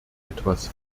etwas